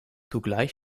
zugleich